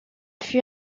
fut